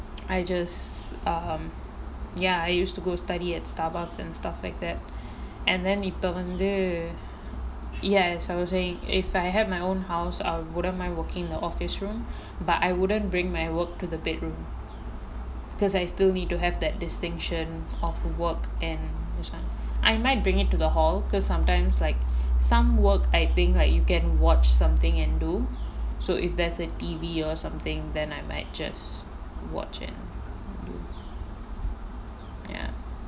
I just um ya I used to go study at Starbucks and stuff like that and then இப்ப வந்து:ippa vanthu yes I was saying if I had my own house I wouldn't mind working in the office room but I wouldn't bring my work to the bedroom because I still need to have that distinction of work and this [one] I might bring it to the hall because sometimes like some work I think like you can watch something and do so if there's a T_V or something then I might just watch and do ya